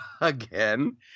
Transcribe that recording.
again